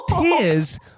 Tears